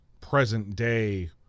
present-day